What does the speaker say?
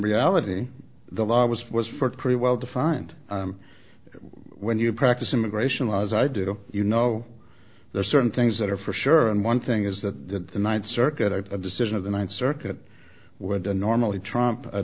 reality the law was pretty well defined when you practice immigration laws i do you know there are certain things that are for sure and one thing is that the ninth circuit decision of the ninth circuit would normally trump a